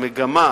המגמה,